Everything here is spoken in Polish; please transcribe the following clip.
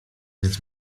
więc